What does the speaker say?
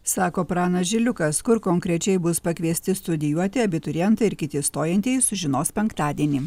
sako pranas žiliukas kur konkrečiai bus pakviesti studijuoti abiturientai ir kiti stojantieji sužinos penktadienį